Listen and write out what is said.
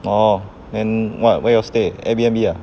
orh then what where you all stay airbnb ah